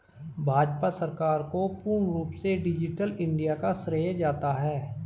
भाजपा सरकार को पूर्ण रूप से डिजिटल इन्डिया का श्रेय जाता है